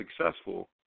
successful